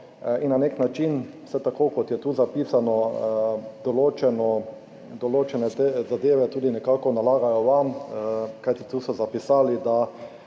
in na nek način se tako, kot je tu zapisano, določene zadeve tudi nekako nalagajo vam. Tu so zapisali, da